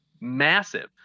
massive